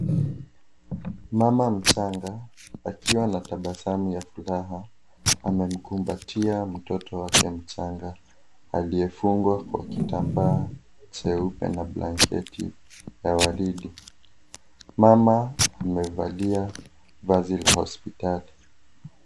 Mama mchanga akiwa na tabasamu ya furaha. Amemkumbatia mtoto wake mchanga aliyefungwa kwa kitambaa jeupe na blanketi ya waridi. Mama amevalia vazi la hospitali.